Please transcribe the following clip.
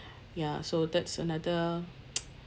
ya so that's another